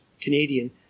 Canadian